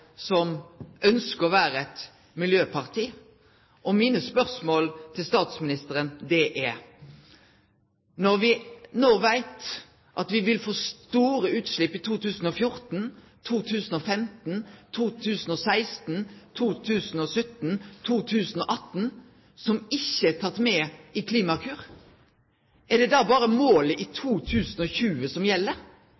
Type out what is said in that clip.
som ønskjer å vere eit miljøparti. Mine spørsmål til statsministeren er: Når me no veit at me vil få store utslepp i 2014, i 2015, i 2016, i 2017, i 2018, som ikkje er tekne med i Klimakur, er det da berre målet